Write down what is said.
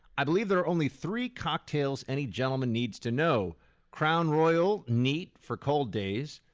i believe there are only three cocktails any gentleman needs to know crown royal neat for cold days,